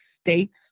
states